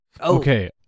okay